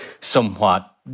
somewhat